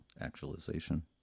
actualization